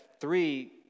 three